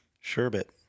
Sherbet